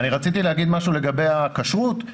רציתי לומר משהו לגבי הכשרות.